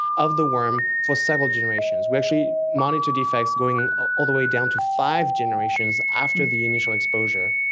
of the worm for several generations. we actually monitor the effects going ah all the way down to five generations after the initial exposure,